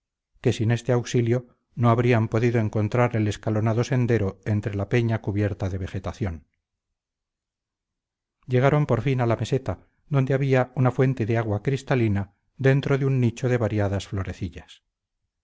que sin este auxilio no habrían podido encontrar el escalonado sendero entre la peña cubierta de vegetación llegaron por fin a la meseta donde había una fuente de agua cristalina dentro de un nicho de variadas